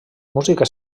música